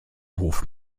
hof